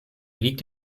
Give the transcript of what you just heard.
liegt